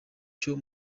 cyo